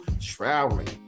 traveling